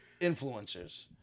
influencers